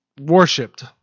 worshipped